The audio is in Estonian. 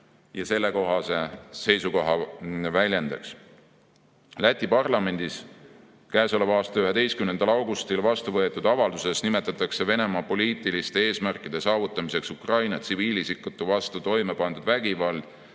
ja sellekohase seisukoha väljendaks. Läti parlamendis käesoleva aasta 11. augustil vastu võetud avalduses nimetatakse Venemaa poliitiliste eesmärkide saavutamiseks Ukraina tsiviilisikute vastu toime pandud vägivalda